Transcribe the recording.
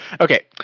okay